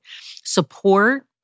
Support